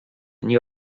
nie